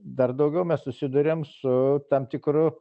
dar daugiau mes susiduriam su tam tikru